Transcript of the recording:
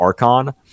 archon